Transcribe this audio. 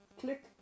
click